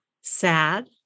sad